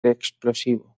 explosivo